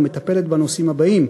ומטפלת בנושאים הבאים: